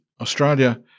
Australia